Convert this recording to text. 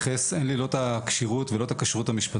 אין לי לא את הכשירות ולא את הכשרות המשפטית.